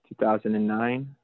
2009